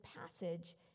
passage